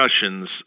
discussions